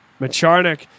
Macharnik